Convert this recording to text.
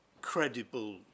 credible